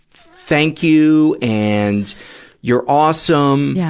thank you, and you're awesome, yeah